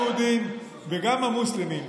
גם היהודים וגם המוסלמים.